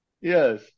Yes